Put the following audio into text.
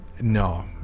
No